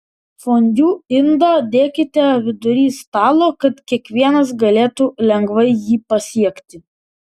fondiu indą dėkite vidury stalo kad kiekvienas galėtų lengvai jį pasiekti